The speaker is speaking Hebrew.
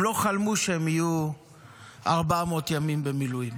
הם לא חלמו שהם יהיו 400 ימים במילואים.